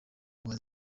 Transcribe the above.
uwa